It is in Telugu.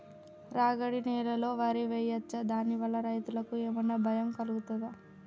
రాగడి నేలలో వరి వేయచ్చా దాని వల్ల రైతులకు ఏమన్నా భయం కలుగుతదా?